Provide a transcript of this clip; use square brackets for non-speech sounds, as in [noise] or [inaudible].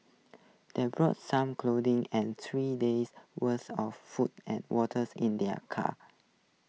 they brought some [unintelligible] and three days' worth of food and waters in their car